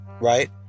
right